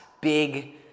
big